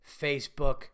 Facebook